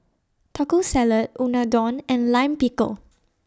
Taco Salad Unadon and Lime Pickle